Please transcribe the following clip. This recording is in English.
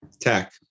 Tech